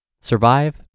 Survive